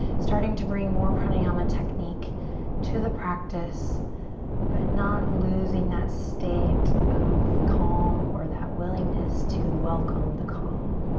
starting to bring more pranayama technique to the practice but not losing that state of calm or that willingness to welcome the calm.